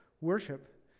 worship